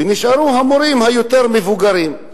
ונשארו המורים המבוגרים יותר.